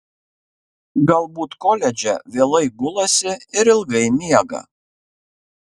galbūt koledže vėlai gulasi ir ilgai miega